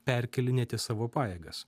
perkėlinėti savo pajėgas